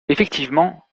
effectivement